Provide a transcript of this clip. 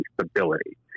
stability